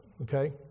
okay